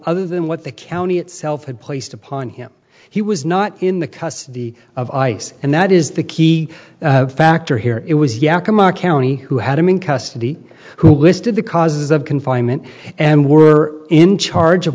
other than what the county itself had placed upon him he was not in the custody of ice and that is the key factor here it was yakima county who had him in custody who listed the causes of confinement and were in charge of